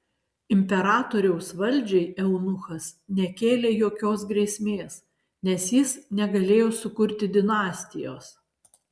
imperatoriaus valdžiai eunuchas nekėlė jokios grėsmės nes jis negalėjo sukurti dinastijos